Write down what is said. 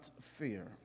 fear